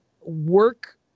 work